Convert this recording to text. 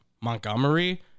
Montgomery